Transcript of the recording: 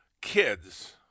kids